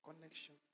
connection